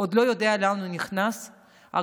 זו